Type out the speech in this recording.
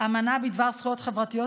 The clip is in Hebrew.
האמנה בדבר זכויות חברתיות,